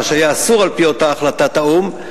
מה שהיה אסור על-פי אותה החלטת או"ם.